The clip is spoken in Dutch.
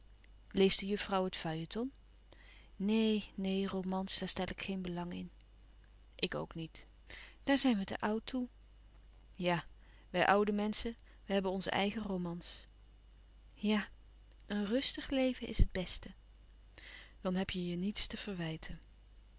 gaan neen neen romans daar stel ik geen belang in ik ook niet daar zijn we te oud toe ja wij oude menschen we hebben onze eigen romans ja een rùstig leven is het beste dan heb je je niets te verwijten